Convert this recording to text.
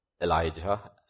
Elijah